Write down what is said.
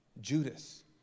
Judas